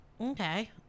Okay